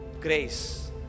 grace